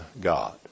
God